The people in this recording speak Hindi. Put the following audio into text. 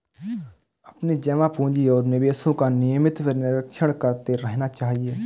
अपने जमा पूँजी और निवेशों का नियमित निरीक्षण करते रहना चाहिए